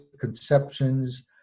conceptions